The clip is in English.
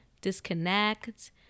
disconnect